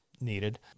needed